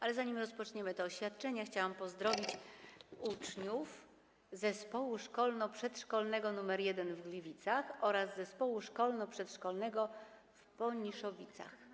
Ale zanim rozpoczniemy te oświadczenia, chciałam pozdrowić uczniów Zespołu Szkolno-Przedszkolnego nr 1 w Gliwicach oraz Zespołu Szkolno-Przedszkolnego w Poniszowicach.